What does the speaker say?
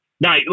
No